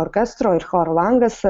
orkestro ir choro langas